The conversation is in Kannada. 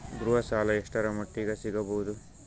ಗೃಹ ಸಾಲ ಎಷ್ಟರ ಮಟ್ಟಿಗ ಸಿಗಬಹುದು?